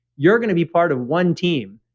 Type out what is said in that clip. you're going to be part of one team.